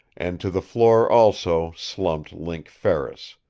and to the floor also slumped link ferris,